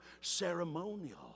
ceremonial